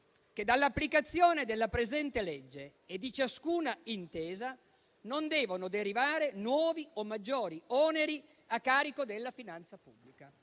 «dall'applicazione della presente legge e di ciascuna intesa non devono derivare nuovi o maggiori oneri a carico della finanza pubblica».